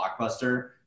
blockbuster